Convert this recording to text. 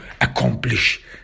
accomplish